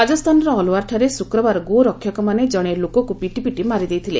ରାଜସ୍ଥାନର ଅଲ୍ୱାରଠାରେ ଶୁକ୍ରବାର ଗୋ ରକ୍ଷକମାନେ ଜଣେ ଲୋକକୁ ପିଟି ପିଟି ମାରିଦେଇଥିଲେ